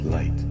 Light